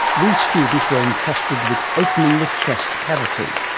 we students were entrusted with opening the chest cavity.